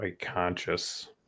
conscious